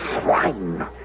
Swine